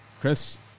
Chris